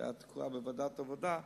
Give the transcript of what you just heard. וזה היה תקוע בוועדת העבודה.